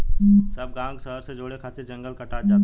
सब गांव के शहर से जोड़े खातिर जंगल कटात जाता